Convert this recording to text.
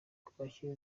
kwakira